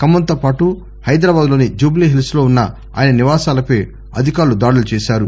ఖమ్మంతో పాటు హైదరాబాదు లోని జుబిలీ హిల్స్ లో ఉన్న ఆయన నివాసాలపై అధికారులు దాడులు చేశారు